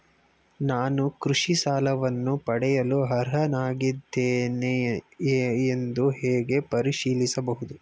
ನಾನು ಕೃಷಿ ಸಾಲವನ್ನು ಪಡೆಯಲು ಅರ್ಹನಾಗಿದ್ದೇನೆಯೇ ಎಂದು ಹೇಗೆ ಪರಿಶೀಲಿಸಬಹುದು?